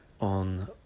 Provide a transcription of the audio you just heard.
on